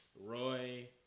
Roy